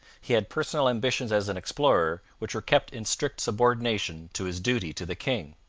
he had personal ambitions as an explorer, which were kept in strict subordination to his duty to the king.